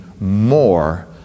more